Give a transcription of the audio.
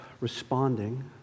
responding